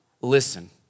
listen